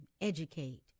educate